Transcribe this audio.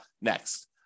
next